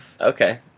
okay